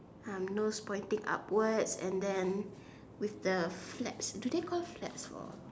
um nose pointing upwards and then with the flaps do they call flaps or